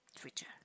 Twitter